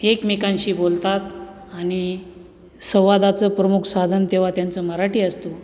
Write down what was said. एकमेकांशी बोलतात आणि संवादाचं प्रमुख साधन तेव्हा त्यांचं मराठी असतो